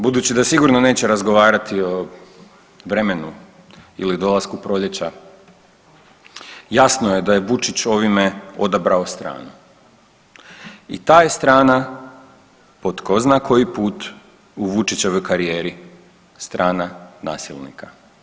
Budući da sigurno neće razgovarati o vremenu ili dolasku proljeća jasno je da je Vučić ovime odabrao stranu i ta je strana po zna koji put u Vučićevoj karijeri strana nasilnika.